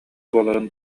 буоларын